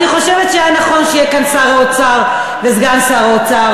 אני חושב שהיה נכון שיהיו כאן שר האוצר וסגן שר האוצר.